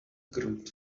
group